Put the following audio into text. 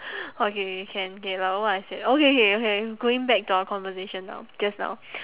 okay can K about what I said oh okay okay okay going back to our conversation now just now